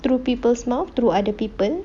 through people's mouth through other people